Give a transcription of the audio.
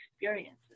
experiences